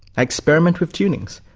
i experiment with tunings,